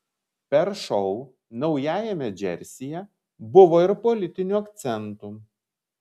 per šou naujajame džersyje buvo ir politinių akcentų